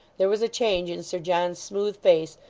there was a change in sir john's smooth face,